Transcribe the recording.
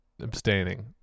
abstaining